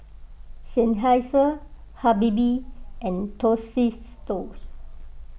Seinheiser Habibie and